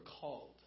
called